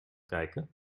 kijken